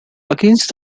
against